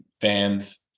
fans